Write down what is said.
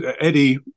Eddie